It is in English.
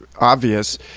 obvious